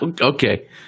Okay